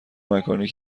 مکانی